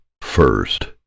first